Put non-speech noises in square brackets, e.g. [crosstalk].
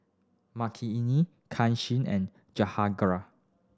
Makineni Kanshi and [unintelligible]